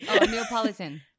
neapolitan